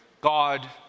God